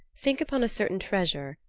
think upon a certain treasure,